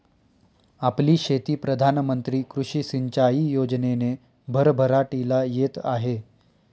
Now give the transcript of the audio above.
आपली शेती प्रधान मंत्री कृषी सिंचाई योजनेने भरभराटीला येत आहे